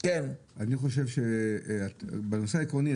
אני שוקל את ההמלצה שלך ברצינות.